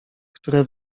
które